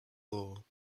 law